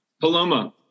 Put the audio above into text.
Paloma